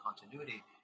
continuity